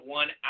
one